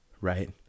Right